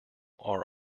are